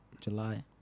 July